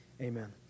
Amen